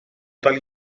tale